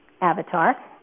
avatar